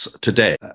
today